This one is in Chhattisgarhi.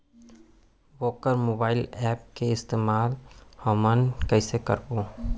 वोकर मोबाईल एप के इस्तेमाल हमन कइसे करबो?